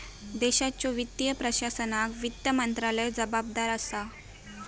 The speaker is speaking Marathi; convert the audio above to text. देशाच्यो वित्तीय प्रशासनाक वित्त मंत्रालय जबाबदार असा